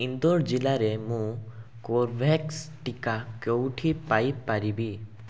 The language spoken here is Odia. ଇନ୍ଦୋର ଜିଲ୍ଲାରେ ମୁଁ କୋରଭ୍ୟାକ୍ସ୍ ଟିକା କେଉଁଠି ପାଇପାରିବି